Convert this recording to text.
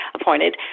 appointed